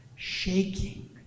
shaking